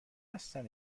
هستن